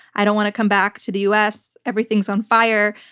i don't want to come back to the us. everything's on fire.